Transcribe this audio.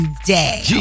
today